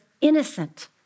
innocent